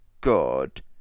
good